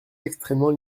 extrêmement